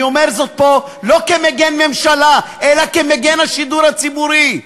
אני אומר זאת פה לא כמגן הממשלה אלא כמגן השידור הציבורי.